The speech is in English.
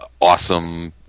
awesome